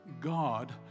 God